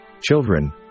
Children